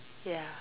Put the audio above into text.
ya